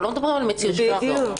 אנחנו לא מדברים על מציאות של לשלוח אותו.